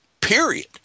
period